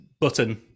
button